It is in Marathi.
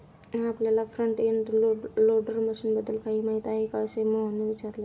आपल्याला फ्रंट एंड लोडर मशीनबद्दल काही माहिती आहे का, असे मोहनने विचारले?